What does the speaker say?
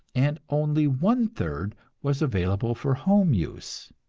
and only one-third was available for home use.